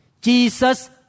Jesus